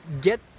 get